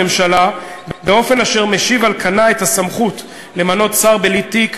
הממשלה באופן אשר משיב על כנה את הסמכות למנות שר בלי תיק,